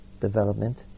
development